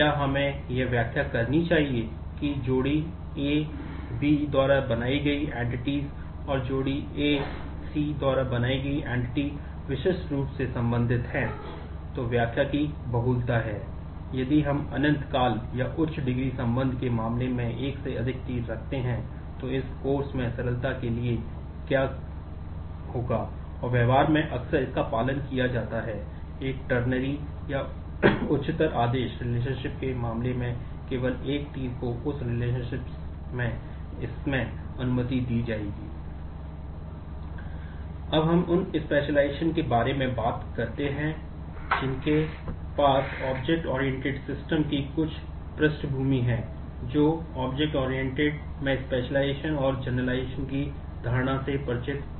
क्या हमें यह व्याख्या करनी चाहिए कि एक एंटिटी सेट में इसमें अनुमति दी जाएगी